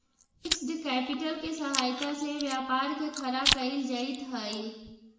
fixed capital के सहायता से व्यापार के खड़ा कईल जइत हई